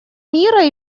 мира